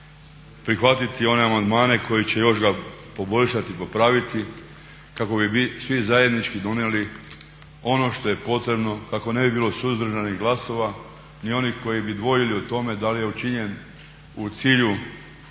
prihvatiti one amandmane koji će još ga poboljšati, popraviti, kako bi mi svi zajednički donijeli ono što je potrebno, kako ne bi bilo suzdržanih glasova ni onih koji bi dvojili o tome da li je učinjen u cilju